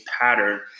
pattern